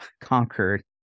conquered